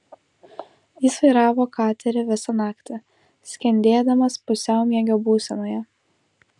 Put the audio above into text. jis vairavo katerį visą naktį skendėdamas pusiaumiegio būsenoje